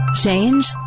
Change